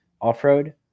off-road